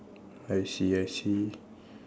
I see I see